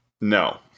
No